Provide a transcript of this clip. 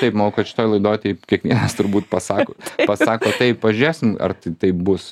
taip manau kad šitoj laidoj taip kiekvienas turbūt pasako pasako taip pažiūrėsim ar tai taip bus